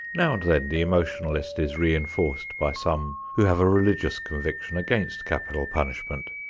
now and then the emotionalist is reinforced by some who have a religious conviction against capital punishment,